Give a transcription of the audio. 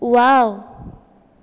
wow